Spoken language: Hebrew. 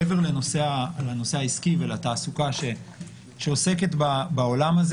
מעבר לנושא העסקים ולתעסוקה בעולם הזה